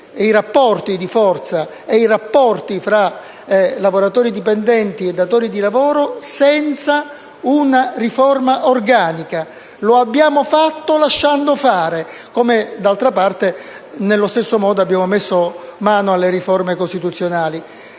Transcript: i rapporti di forza e i rapporti fra lavoratori dipendenti e datori di lavoro senza una riforma organica. Lo abbiamo fatto lasciando fare, cioè nello stesso modo con cui abbiamo messo mano alle riforme costituzionali.